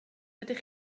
ydych